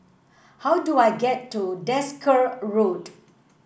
how do I get to Desker Road